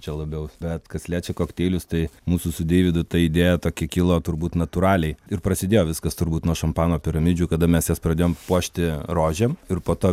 čia labiau bet kas liečia kokteilius tai mūsų su deividu ta idėja tokia kilo turbūt natūraliai ir prasidėjo viskas turbūt nuo šampano piramidžių kada mes jas pradėjom puošti rožėm ir po to